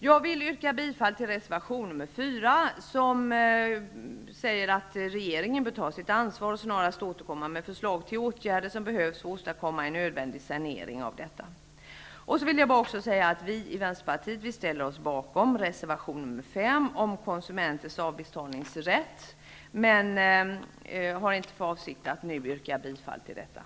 Jag yrkar bifall till reservation 4, där det sägs att regeringen bör ta sitt ansvar och snarast komma med förslag till åtgärder som behövs för att åstadkomma en nödvändig sanering. Så vill jag säga att vi i Vänsterpartiet ställer oss bakom reservation 5 om konsumentens avbetalningsrätt, men jag har inte för avsikt att yrka bifall till den.